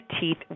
teeth